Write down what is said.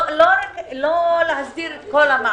לא להסדיר את כל המעמד.